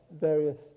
various